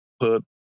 put